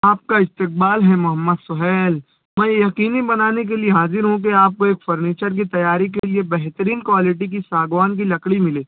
آپ کا استقبال ہے محمد سُہیل میں یقینی بنانے کے لیے حاضر ہوں کہ آپ کو یہ فرنیچر کی تیاری کے لیے بہترین کوالٹی کی ساگوان کی لکڑی مِلی